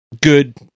good